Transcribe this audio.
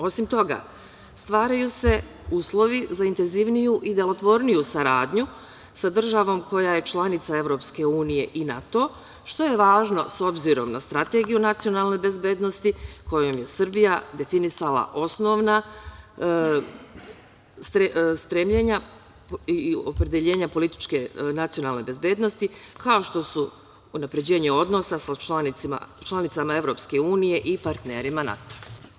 Osim toga, stvaraju se uslovi za intenzivniju i delotvorniju saradnju sa državom koja je članica EU i NATO, što je važno s obzirom na Strategiju nacionalne bezbednosti, kojom je Srbija definisala osnovna stremljenja i opredeljenja političke i nacionalne bezbednosti, kao što su unapređenje odnosa sa članicama EU i partnerima NATO.